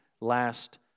Last